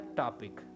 topic